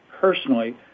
personally